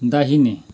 दाहिने